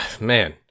Man